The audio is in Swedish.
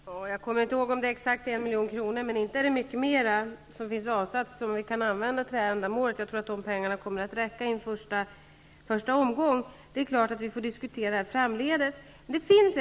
Herr talman! Jag kommer inte ihåg om det är exakt en miljon kronor, men inte är det mycket mer som finns avsatt för att användas för det här ändamålet. Jag tror emellertid att de pengarna kommer att räcka i en första omgång. Det är klart att vi får diskutera det här framdeles.